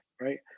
right